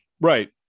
Right